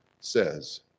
says